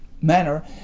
manner